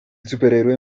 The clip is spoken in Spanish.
superhéroe